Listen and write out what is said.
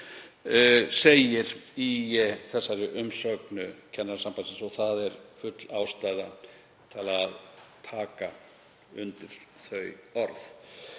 segir í umsögn Kennarasambandsins og er full ástæða til að taka undir þau orð.